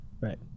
Right